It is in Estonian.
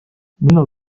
millal